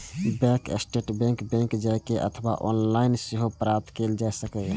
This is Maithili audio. बैंक स्टेटमैंट बैंक जाए के अथवा ऑनलाइन सेहो प्राप्त कैल जा सकैए